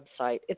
website